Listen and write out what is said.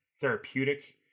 therapeutic